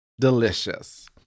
delicious